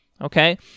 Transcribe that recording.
okay